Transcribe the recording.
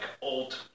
old